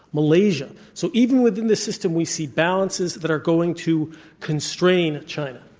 malaysia. so even within the system we see balances that are going to constrain china.